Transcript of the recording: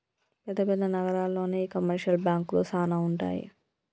పెద్ద పెద్ద నగరాల్లోనే ఈ కమర్షియల్ బాంకులు సానా ఉంటాయి